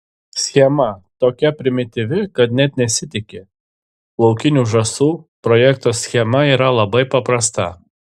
schema tokia primityvi kad net nesitiki laukinių žąsų projekto schema yra labai paprasta